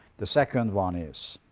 the second one is